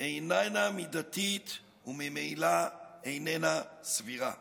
איננה מידתית וממילא איננה סבירה.